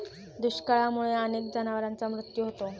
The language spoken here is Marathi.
दुष्काळामुळे अनेक जनावरांचा मृत्यू होतो